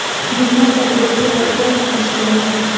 बीमा कवरेज से आप क्या समझते हैं?